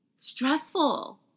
stressful